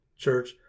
church